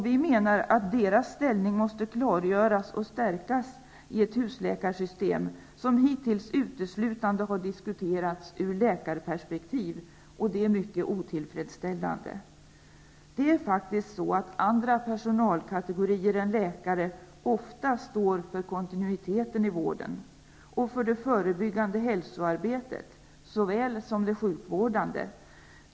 Vi menar att deras ställning måste klargöras och stärkas i ett husläkarsystem som hittills uteslutande har diskuterats ur läkarperspektiv. Det är mycket otillfredsställande. Ofta står faktiskt andra personalkategorier än läkare för kontinuiteten i vården och för såväl det förebyggande hälsoarbetet som det sjukvårdande.